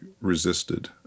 resisted